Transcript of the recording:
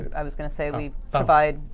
i was going to say, we provide